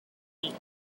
feet